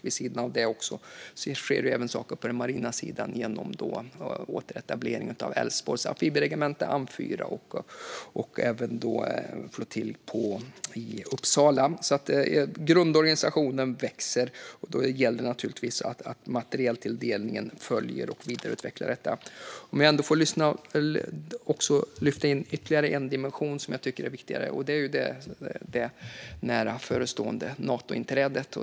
Vid sidan av det sker saker på den marina sidan genom återetablering av Älvsborgs amfibieregemente Amf 4, och vi har även en flottilj i Uppsala. Grundorganisationen växer alltså, och då gäller det naturligtvis att materieltilldelningen följer och vidareutvecklar detta. Ytterligare en dimension som är viktig och som jag vill lyfta in är det nära förestående Natointrädet.